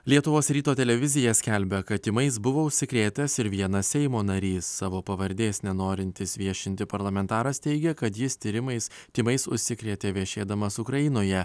lietuvos ryto televizija skelbia kad tymais buvo užsikrėtęs ir vienas seimo narys savo pavardės nenorintis viešinti parlamentaras teigia kad jis tyrimais tymais užsikrėtė viešėdamas ukrainoje